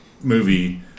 movie